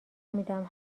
میدم